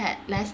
had less